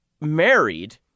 married